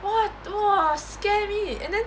what !wah! scary and then